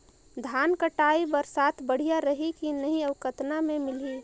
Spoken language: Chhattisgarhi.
धान कटाई बर साथ बढ़िया रही की नहीं अउ कतना मे मिलही?